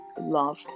love